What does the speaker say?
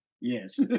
yes